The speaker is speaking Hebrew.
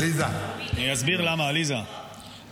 אני אסביר למה זה חשוב,